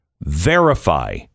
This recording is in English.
Verify